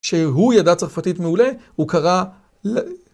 שהוא ידע צרפתית מעולה, הוא קרא...